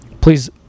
Please